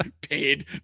paid